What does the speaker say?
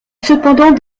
cependant